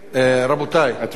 אני לא